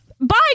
Bye